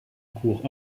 cour